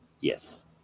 Yes